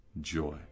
joy